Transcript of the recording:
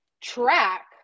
track